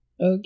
Okay